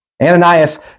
Ananias